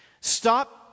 Stop